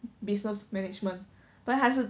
business management but 还是